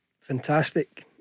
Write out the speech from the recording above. fantastic